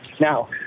Now